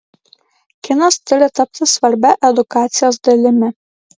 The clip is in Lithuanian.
kinas turi tapti svarbia edukacijos dalimi